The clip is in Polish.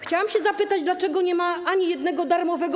Chciałam zapytać: Dlaczego nie ma ani jednego darmowego.